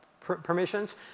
permissions